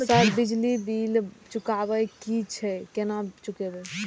Sir बिजली bill चुकाबे की छे केना चुकेबे?